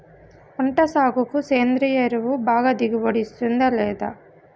పంట సాగుకు సేంద్రియ ఎరువు బాగా దిగుబడి ఇస్తుందా లేదా